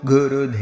Guru